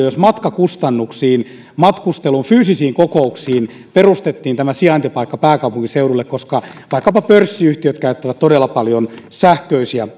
jos matkakustannusten matkustelun fyysisten kokousten vuoksi perustettiin tämä sijaintipaikka pääkaupunkiseudulle koska vaikkapa pörssiyhtiöt käyttävät todella paljon sähköisiä